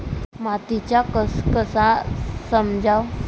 मातीचा कस कसा समजाव?